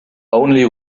only